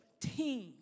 team